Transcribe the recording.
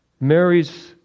Mary's